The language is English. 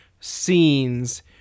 scenes